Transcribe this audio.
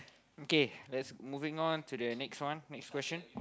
okay let's moving on to the next one next question